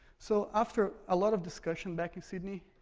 so after a lot of discussion back in sydney,